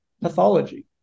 pathology